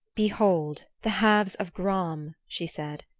behold the halves of gram, she said,